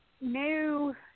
new